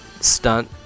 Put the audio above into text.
stunt